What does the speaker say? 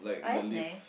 oh that's nice